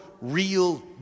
real